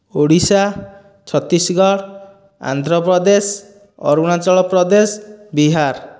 Odisha Chhattisgarh Andhra Pradesh Arunachal Pradesh Bihar